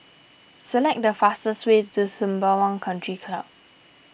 select the fastest way to Sembawang Country Club